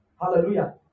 hallelujah